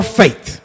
faith